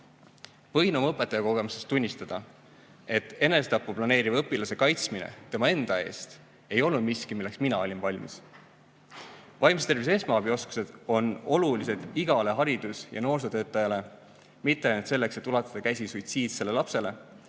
Võin oma õpetajakogemusest tunnistada, et enesetappu planeeriva õpilase kaitsmine tema enda eest ei olnud miski, milleks mina olin valmis. Vaimse tervise esmaabi oskused on olulised igale haridus‑ ja noorsootöötajale mitte ainult selleks, et ulatada käsi suitsiidsele lapsele,